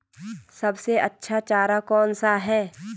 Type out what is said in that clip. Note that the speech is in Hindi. सबसे अच्छा चारा कौन सा है?